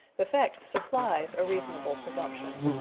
the fact supplies a reasonable presumption.